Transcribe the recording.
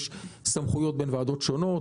יש סמכויות בין ועדות שונות,